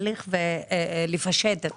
של לפשט את